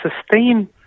sustain